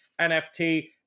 NFT